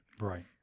Right